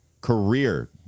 career